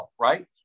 right